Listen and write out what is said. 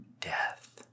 death